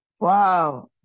Wow